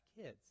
kids